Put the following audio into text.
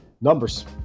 numbers